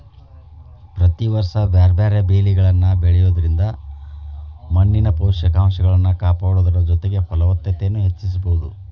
ಪ್ರತಿ ವರ್ಷ ಬ್ಯಾರ್ಬ್ಯಾರೇ ಬೇಲಿಗಳನ್ನ ಬೆಳಿಯೋದ್ರಿಂದ ಮಣ್ಣಿನ ಪೋಷಕಂಶಗಳನ್ನ ಕಾಪಾಡೋದರ ಜೊತೆಗೆ ಫಲವತ್ತತೆನು ಹೆಚ್ಚಿಸಬೋದು